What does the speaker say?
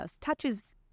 touches